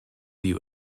you